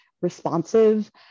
responsive